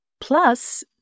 Plus